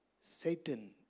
Satan